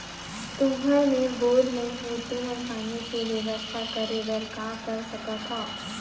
तुहर मेर बोर नइ हे तुमन पानी के बेवस्था करेबर का कर सकथव?